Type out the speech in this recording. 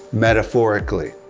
metaphorically?